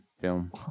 film